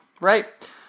right